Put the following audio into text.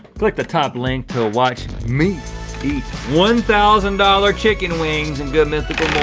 click the top link to watch me eat one thousand dollars chicken wings in good mythical